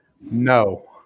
No